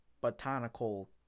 botanical